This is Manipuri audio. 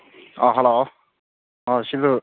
ꯑꯥ ꯍꯜꯂꯣ ꯑꯥ ꯁꯤꯕꯨ